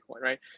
right